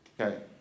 Okay